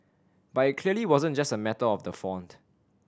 but it clearly wasn't just a matter of the font